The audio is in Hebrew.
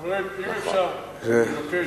חברים, אם אפשר, אני מבקש.